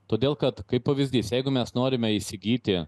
todėl kad kaip pavyzdys jeigu mes norime įsigyti